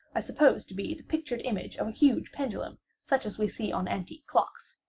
i supposed to be the pictured image of a huge pendulum such as we see on antique clocks.